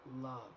love